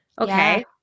Okay